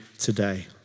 today